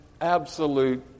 absolute